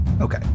Okay